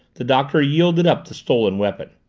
the doctor yielded up the stolen weapon.